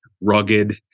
rugged